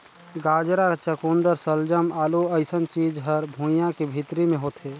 गाजरा, चकुंदर सलजम, आलू अइसन चीज हर भुइंयां के भीतरी मे होथे